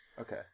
Okay